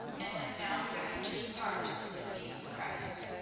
and am now ready to depart and be with christ.